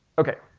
okay,